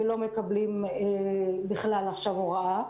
ולא מקבלים בכלל עכשיו הוראה,